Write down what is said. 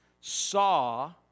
saw